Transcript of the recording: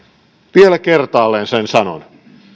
vielä kertaalleen sen sanon